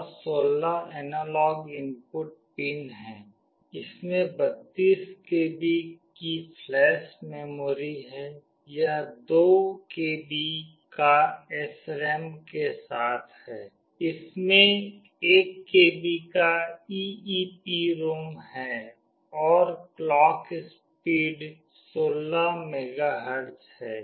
और 16 analog input pin हैं इसमें 32 KB की फ्लैश मेमोरी है यह 2 KB का SRAM के साथ है इसमें 1 KB का EEPROM है और क्लॉक स्पीड 16 MHz है